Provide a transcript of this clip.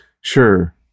sure